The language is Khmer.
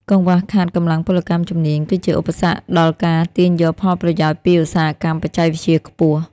កង្វះខាតកម្លាំងពលកម្មជំនាញ គឺជាឧបសគ្គដល់ការទាញយកផលប្រយោជន៍ពីឧស្សាហកម្មបច្ចេកវិទ្យាខ្ពស់។